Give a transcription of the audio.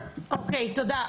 תודה.